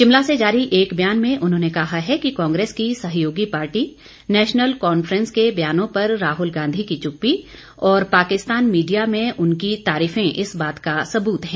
शिमला से जारी एक ब्यान में उन्होंने कहा है कि कांग्रेस की सहयोगी पार्टी नेशनल कॉन्फ्रेंस के ब्यानों पर राहुल गांधी की चुप्पी और पाकिस्तान मीडिया में उनकी तारीफे इस बात का सबूत है